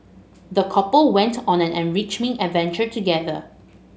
the couple went on an enriching adventure together